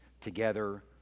together